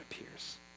appears